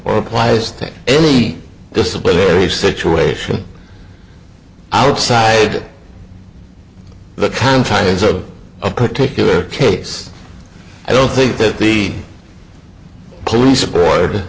or applies to any disciplinary situation outside the confines of a particular case i don't think that the police board